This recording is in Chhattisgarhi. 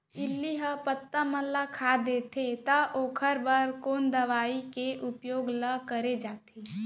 इल्ली ह पत्ता मन ला खाता देथे त ओखर बर कोन दवई के उपयोग ल करे जाथे?